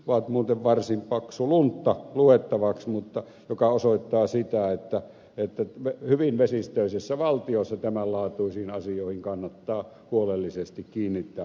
ovat muuten varsin paksu luntta luettavaksi mikä osoittaa sitä että hyvin vesistöisessä valtiossa tämänlaatuisiin asioihin kannattaa huolellisesti kiinnittää huomiota